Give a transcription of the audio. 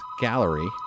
gallery